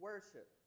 Worship